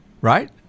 Right